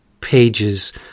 pages